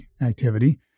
activity